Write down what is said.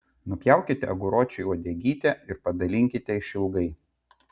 nupjaukite aguročiui uodegytę ir padalinkite išilgai